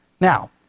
Now